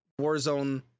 Warzone